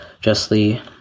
justly